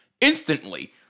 instantly